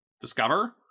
discover